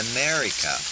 America